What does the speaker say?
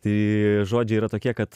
tai žodžiai yra tokie kad